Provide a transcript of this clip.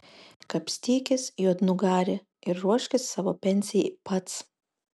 kapstykis juodnugari ir ruoškis savo pensijai pats